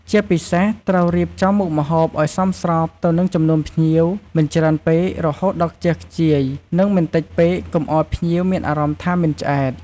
ជាពិសេសត្រូវរៀបចំមុខម្ហូបឲ្យសមស្របទៅនឹងចំនួនភ្ញៀវ មិនច្រើនពេករហូតដល់ខ្ជះខ្ជាយ និងមិនតិចពេកកុំឲ្យភ្ញៀវមានអារម្មណ៍ថាមិនឆ្អែត។